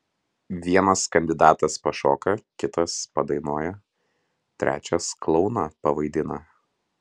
vienas kandidatas pašoka kitas padainuoja trečias klouną pavaidina